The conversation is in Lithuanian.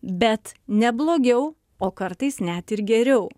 bet ne blogiau o kartais net ir geriau